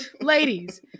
ladies